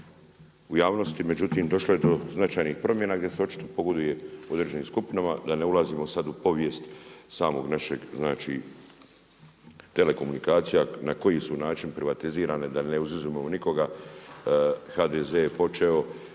u javnosti, međutim došlo je do značajnih promjena gdje se očito pogoduje određenim skupinama, da ne ulazimo sada u povijest samog našeg znači telekomunikacija na koji su način privatizirane da ne … nikoga, HDZ je počeo